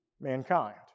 mankind